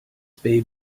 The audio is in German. baby